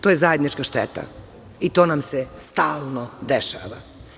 To je zajednička šteta i to nam se stalno dešava.